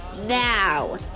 Now